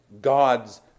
God's